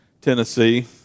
Tennessee